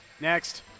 Next